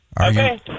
Okay